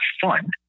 fun